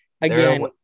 Again